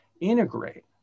integrate